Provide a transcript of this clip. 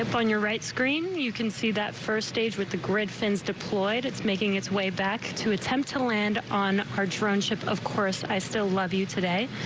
if an your right screen you can see that first stage with the grid fins deployed, it's making its way back to attempt to land on our drone ship of course i still love you today.